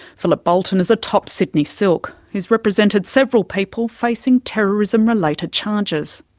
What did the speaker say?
philip boulten is a top sydney silk, who's represented several people facing terrorism-related charges.